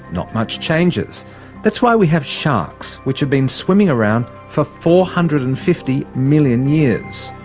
not much changes that's why we have sharks which have been swimming around for four hundred and fifty million years.